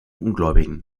ungläubigen